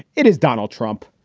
it is donald trump.